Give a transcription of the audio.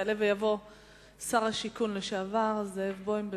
יעלה ויבוא שר השיכון לשעבר זאב בוים.